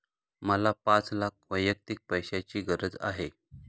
मला पाच लाख वैयक्तिक पैशाची गरज आहे